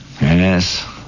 Yes